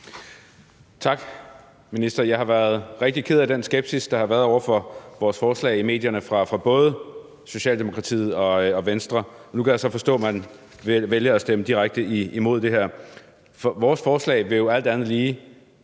Tak. Minister, jeg har været rigtig ked af den skepsis, der har været over for vores forslag i medierne fra både Socialdemokratiet og Venstre. Nu kan jeg så forstå, at man vælger at stemme direkte imod det her. Vores forslag vil jo alt andet lige